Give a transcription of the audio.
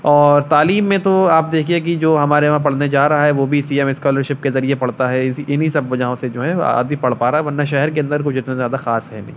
اور تعلیم میں تو آپ دیکھیے کہ جو ہمارے وہاں پڑھنے جا رہا ہے وہ بھی سی ایم اسکالرشپ کے ذریعے پڑھتا ہے اسی انہی سب وجہوں سے جو ہے آدمی پڑھ پا رہا ہے ورنہ شہر کے اندر کچھ اتنا زیادہ خاص ہے نہیں